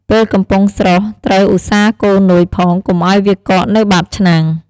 ពេលកំពុងស្រុះត្រូវ ឧស្សាហ៍កូរនុយផងកុំឱ្យវាកកនៅបាតឆ្នាំង។